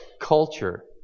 culture